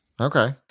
Okay